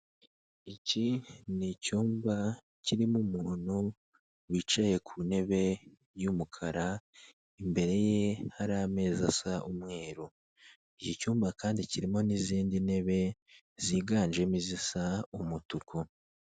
Iki ni icyumba kirimo umuntu wicaye ku ntebe y'umukara, imbere ye hari amezi asa umweru, iki cyumba kandi kirimo n'izindi ntebe ziganjemo izisa umutuku.